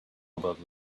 about